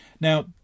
Now